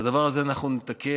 את הדבר הזה אנחנו נתקן.